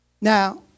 Now